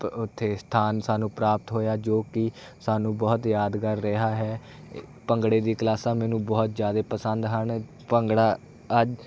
ਪ ਉੱਥੇ ਸਥਾਨ ਸਾਨੂੰ ਪ੍ਰਾਪਤ ਹੋਇਆ ਜੋ ਕਿ ਸਾਨੂੰ ਬਹੁਤ ਯਾਦਗਾਰ ਰਿਹਾ ਹੈ ਭੰਗੜੇ ਦੀ ਕਲਾਸਾਂ ਮੈਨੂੰ ਬਹੁਤ ਜ਼ਿਆਦੇ ਪਸੰਦ ਹਨ ਭੰਗੜਾ ਅੱਜ